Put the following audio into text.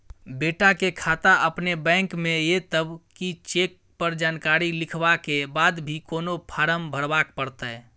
बेटा के खाता अपने बैंक में ये तब की चेक पर जानकारी लिखवा के बाद भी कोनो फारम भरबाक परतै?